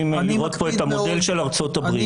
לראות פה את המודל של ארצות-הברית -- לא,